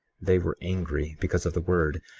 they were angry because of the word,